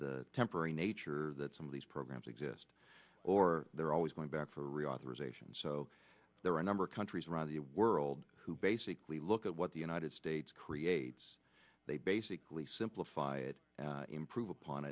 the temporary nature that some of these programs exist or there are always going back for reauthorization so there are a number of countries around the world who basically look at what the united states creates they basically simplify it and improve upon